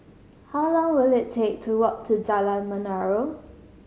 how long will it take to walk to Jalan Menarong